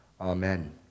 Amen